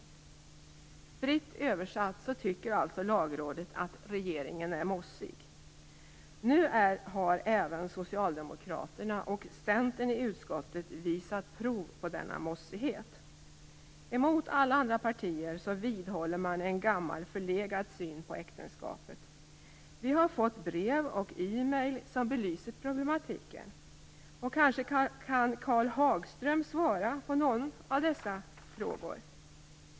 Fritt översatt tycker alltså Lagrådet att regeringen är mossig! Nu har även Socialdemokraterna och Centern i utskottet visat prov på denna mossighet. Emot alla andra partier vidhåller man en gammal förlegad syn på äktenskapet. Vi har fått brev och e-mail som belyser problematiken. Kanske kan Karl Hagström svara på någon av frågorna.